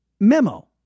memo